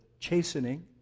chastening